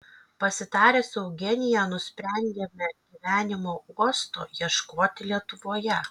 pasitarę su eugenija nusprendėme gyvenimo uosto ieškoti lietuvoje